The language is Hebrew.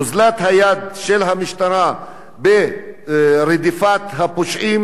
אוזלת היד של המשטרה ברדיפת הפושעים